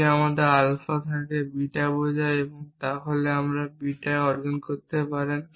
যদি আমাদের আলফা থাকে বিটা বোঝায় তাহলে আপনি বিটা অর্জন করতে পারেন